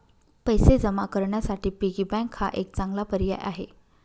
पैसे जमा करण्यासाठी पिगी बँक हा एक चांगला पर्याय आहे